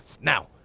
Now